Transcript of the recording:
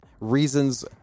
reasons